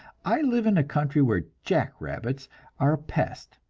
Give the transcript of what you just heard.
i live in a country where jack rabbits are a pest,